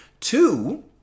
Two